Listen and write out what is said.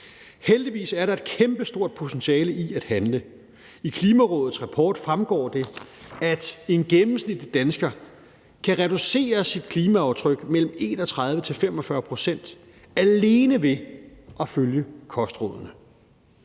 Heldigvis er der et kæmpestort potentiale i at handle. Det fremgår af Klimarådets rapport, at en gennemsnitlig dansker kan reducere sit klimaaftryk mellem 31 pct. og 45 pct. alene ved at følge kostrådene.